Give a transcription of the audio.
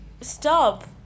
Stop